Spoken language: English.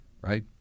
right